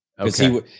Okay